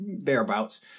thereabouts